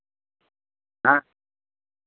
ᱦᱮᱸ